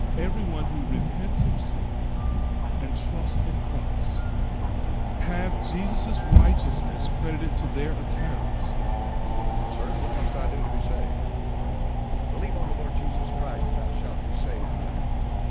everyone who repents of sin and trust in cross half jesus's righteousness credited to their account sirs what must i do to be saved believe on the lord jesus christ, and thou shalt be saved in that house